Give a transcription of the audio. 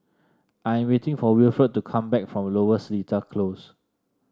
I'm waiting for Wilfred to come back from Lower Seletar Close